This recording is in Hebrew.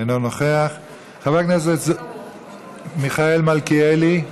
אינו נוכח, חבר הכנסת מיכאל מלכיאלי,